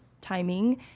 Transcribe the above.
timing